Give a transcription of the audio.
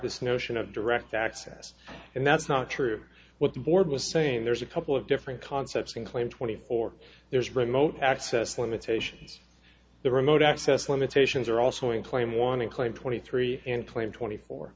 this notion of direct access and that's not true what the board was saying there's a couple of different concepts in claim twenty four there is remote access limitations the remote access limitations are also in claim want to claim twenty three and claim twenty four